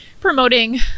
promoting